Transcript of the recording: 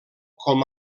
com